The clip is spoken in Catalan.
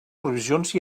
provisions